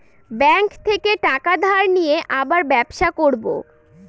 bank থেকে টাকা ধার নিয়ে আবার ব্যবসা করবো